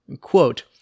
Quote